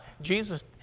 Jesus